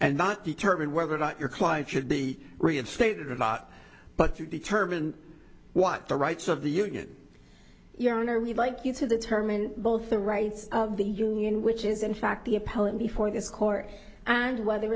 and not determine whether or not your client should be reinstated or not but you determine what the rights of the union your honor we'd like you to determine both the rights of the union which is in fact the appellant before this court and whether